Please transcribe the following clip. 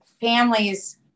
families